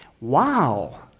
wow